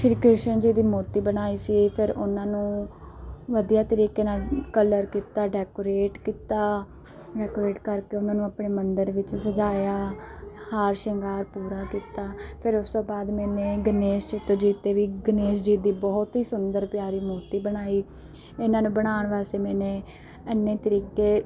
ਸ਼੍ਰੀ ਕ੍ਰਿਸ਼ਨ ਜੀ ਦੀ ਮੂਰਤੀ ਬਣਾਈ ਸੀ ਫਿਰ ਉਹਨਾਂ ਨੂੰ ਵਧੀਆ ਤਰੀਕੇ ਨਾਲ ਕਲਰ ਕੀਤਾ ਡੈਕੋਰੇਟ ਕੀਤਾ ਡੈਕੋਰੇਟ ਕਰਕੇ ਉਹਨਾਂ ਨੂੰ ਆਪਣੇ ਮੰਦਰ ਵਿੱਚ ਸਜਾਇਆ ਹਾਰ ਸ਼ਿੰਗਾਰ ਪੂਰਾ ਕੀਤਾ ਫਿਰ ਉਸ ਤੋਂ ਬਾਅਦ ਮੈਂ ਗਣੇਸ਼ ਗਣੇਸ਼ ਜੀ ਦੀ ਬਹੁਤ ਹੀ ਸੁੰਦਰ ਪਿਆਰੀ ਮੂਰਤੀ ਬਣਾਈ ਇਹਨਾਂ ਨੂੰ ਬਣਾਉਣ ਵਾਸਤੇ ਮੈਂ ਇੰਨੇ ਤਰੀਕੇ